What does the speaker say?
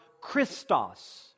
Christos